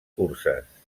curses